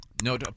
No